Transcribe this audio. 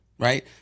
right